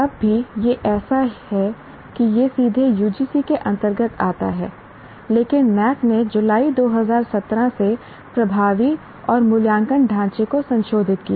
अब भी यह ऐसा है कि यह सीधे UGC के अंतर्गत आता है लेकिन NAAC ने जुलाई 2017 से प्रभावी और मूल्यांकन ढांचे को संशोधित किया